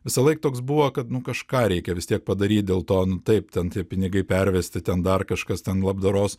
visąlaik toks buvo kad nu kažką reikia vis tiek padaryt dėl to nu taip ten tie pinigai pervesti ten dar kažkas ten labdaros